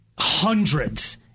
Hundreds